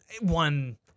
one